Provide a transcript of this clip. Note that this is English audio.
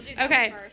okay